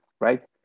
right